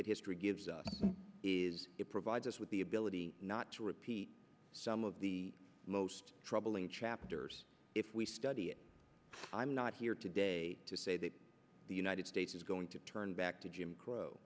that history gives us is it provides us with the ability not to repeat some of the most troubling chapters if we study it i'm not here today to say that the united states is going to turn back to jim crow